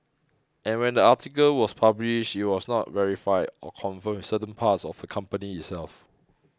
and when the article was published it was not verified or confirmed with certain parts of the company itself